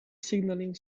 signalling